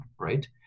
right